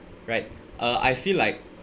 right uh I feel like